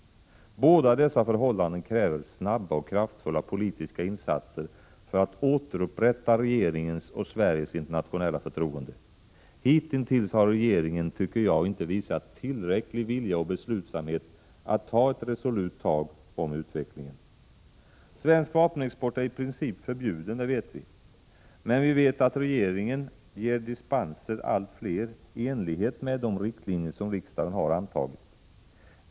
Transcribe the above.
Båda dessa förhållanden kräver snara och kraftfulla politiska insatser för att återupprätta regeringens och Sveriges internationella förtroende. Hitintills har regeringen inte visat tillräcklig vilja och beslutsamhet att ta ett resolut tag om utvecklingen. Svensk vapenexport är i princip förbjuden. Det vet vi, men vi vet också att regeringen medger dispenser i enlighet med de riktlinjer som riksdagen har antagit.